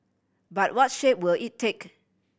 but what shape will it take